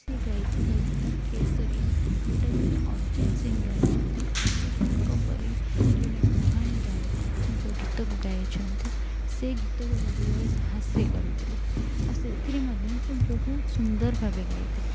ସେ ଗାଇଥିବା ଗୀତ କେଶରୀ ଆ ଯେଉଁଟାକୁ କି ଅରଜିତ୍ ସିଂ ଗାଇଚନ୍ତି ଅରଜିତ୍ ସିଂଙ୍କ ପରି ଜଣେ ମହାନ ଗାୟକ ଯେଉଁ ଗୀତକୁ ଗାଇଛନ୍ତି ସେଇ ଗୀତକୁ ଗାଇବାର ସାହସ ସେ କରିଥିଲେ ଆଉ ସେଥିରେ ମଧ୍ୟ ସେ ବହୁତ ସୁନ୍ଦର ଭାବେ ଗାଇଥିଲେ